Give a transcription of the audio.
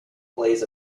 plays